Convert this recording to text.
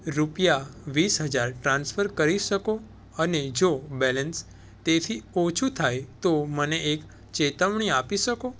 રૂપિયા વીસ હજાર ટ્રાન્સફર કરી શકો અને જો બેલેન્સ તેથી ઓછું થાય તો મને એક ચેતવણી આપી શકો